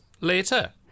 later